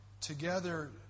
together